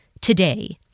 today